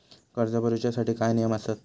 कर्ज भरूच्या साठी काय नियम आसत?